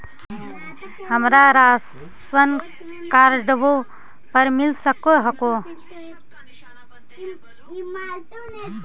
हमरा राशनकार्डवो पर मिल हको?